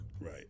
right